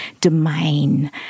domain